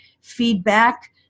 feedback